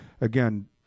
Again